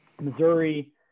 missouri